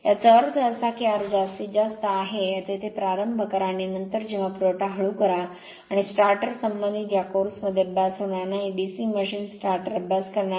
याचा अर्थ असा की R जास्तीत जास्त आहे तेथे प्रारंभ करा आणि नंतर जेव्हा पुरवठा हळू करा आणि स्टार्टर संबंधित या कोर्स मध्ये अभ्यास होणार नाही DC मशीन स्टार्टर अभ्यास करणार नाही